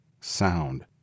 sound